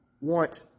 want